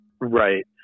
Right